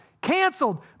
canceled